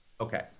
Okay